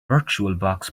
virtualbox